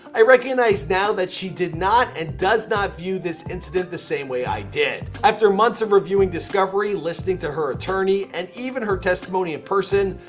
i recognize now that she did not and does not view this incident the same way i did. after months of reviewing discovery, listening to her attorney, and even her testimony in person,